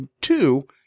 Two